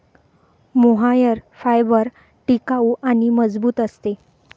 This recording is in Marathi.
मोहायर फायबर टिकाऊ आणि मजबूत असते